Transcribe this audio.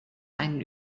einen